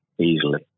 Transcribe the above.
easily